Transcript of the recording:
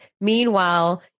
Meanwhile